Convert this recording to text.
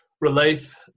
relief